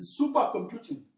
supercomputing